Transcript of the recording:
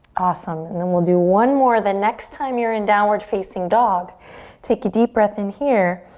awesome. and then we'll do one more. the next time you're in downward facing dog take a deep breath in here